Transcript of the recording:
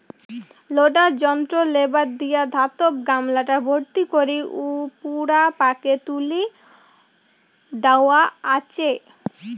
loader যন্ত্রর lever দিয়া ধাতব গামলাটা ভর্তি করি উপুরা পাকে তুলি দ্যাওয়া আচে